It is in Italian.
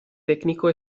tecnico